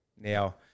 Now